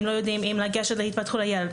הם לא יודעים אם לגשת להתפתחות הילד,